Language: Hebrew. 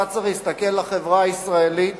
צריך להסתכל לחברה הישראלית,